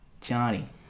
Johnny